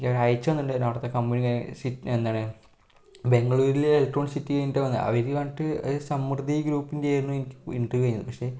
അയച്ചോന്നുണ്ടേനു അവിടത്തെ കമ്പനിക്ക് എന്താണ് ബാംഗളൂരിലെ ഇലക്ട്രോണിക് സിറ്റി കഴിഞ്ഞിട്ടാ വന്നത് അവർ പറഞ്ഞിട്ട് സമൃദ്ധി ഗ്രൂപ്പ് ഇന്ത്യ ആയിരുന്നു എനിക്ക് ഇന്റർവ്യൂ കഴിഞ്ഞത് പക്ഷേ